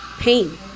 pain